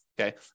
Okay